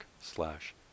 slash